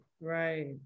right